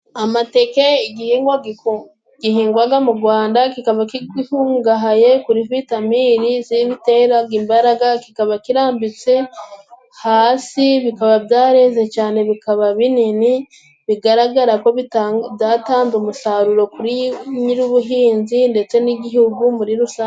Amateke igihingwa gihingwaga mu Gwanda, kikaba gikungahaye kuri vitamini z'ibiteraga imbaraga, kikaba kirambitse hasi bikaba byareze cane bikaba binini, bigaragara ko byatanze umusaruro kuri nyir'ubuhinzi ndetse n'igihugu muri rusange.